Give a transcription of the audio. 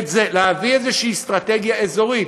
להביא איזושהי אסטרטגיה אזורית.